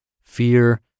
fear